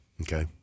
Okay